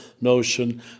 notion